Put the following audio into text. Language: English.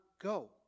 go